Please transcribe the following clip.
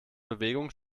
bewegung